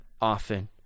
often